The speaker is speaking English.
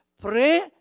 pray